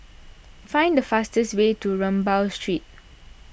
find the fastest way to Rambau Street